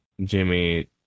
Jimmy